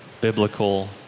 biblical